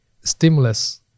stimulus